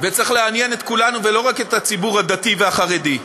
וצריך לעניין את כולנו ולא רק את הציבור הדתי והחרדי.